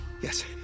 yes